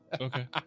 Okay